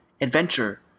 adventure